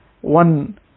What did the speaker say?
one